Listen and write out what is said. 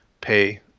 pay